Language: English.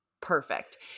perfect